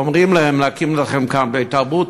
שאומרים להם: נקים לכם כאן בית-תרבות,